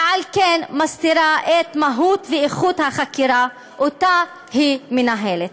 ועל כן מסתירה את המהות והאיכות של החקירה שהיא מנהלת.